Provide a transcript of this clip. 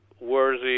worthy